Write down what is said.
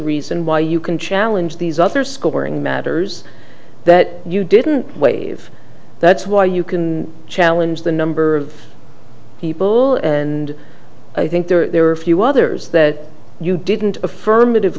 reason why you can challenge these other scoring matters that you didn't wave that's why you can challenge the number of people and i think there are a few others that you didn't